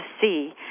see